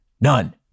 none